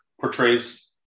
portrays